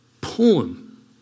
poem